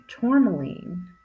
tourmaline